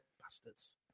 bastards